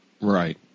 Right